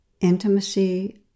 Intimacy